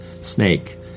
snake